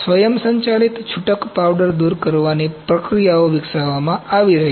સ્વયંસંચાલિત છૂટક પાવડર દૂર કરવાની પ્રક્રિયાઓ વિકસાવવામાં આવી છે